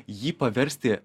jį paversti